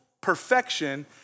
perfection